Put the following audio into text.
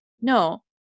no